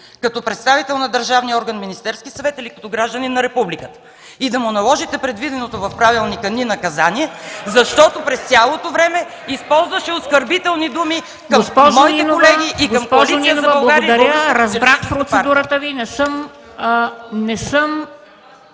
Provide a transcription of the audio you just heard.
като представител на държавния орган Министерски съвет или като гражданин на Републиката, и да му наложите предвиденото в правилника ни наказание, защото през цялото време използваше оскърбителни думи към моите колеги и към Коалиция за България … ПРЕДСЕДАТЕЛ МЕНДА СТОЯНОВА: Благодаря. Госпожо Нинова, разбрах процедурата Ви. Не съм